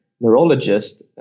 neurologist